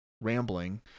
rambling